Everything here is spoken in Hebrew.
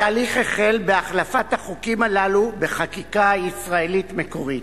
התהליך החל בהחלפת החוקים הללו בחקיקה ישראלית מקורית.